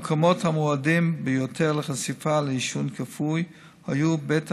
המקומות המועדים ביותר לחשיפה לעישון כפוי היו בית